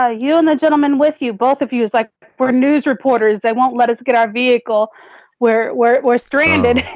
you and that gentleman with you, both of you is like four news reporters. they won't let us get our vehicle where we're at or stranded